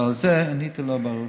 ועל זה עניתי לו בהרחבה.